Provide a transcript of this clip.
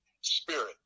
spirit